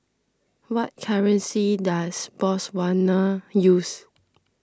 what currency does Botswana use